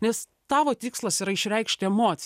nes tavo tikslas yra išreikšti emoci